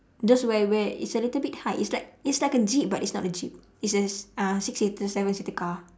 those where where it's a little bit high it's like it's like a jeep but it's not a jeep it's a uh six seater seven seater car